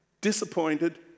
Disappointed